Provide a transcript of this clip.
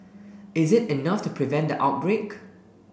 is it enough to prevent the outbreak